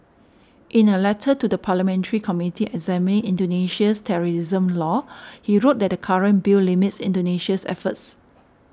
in a letter to the parliamentary committee examining Indonesia's terrorism laws he wrote that the current bill limits Indonesia's efforts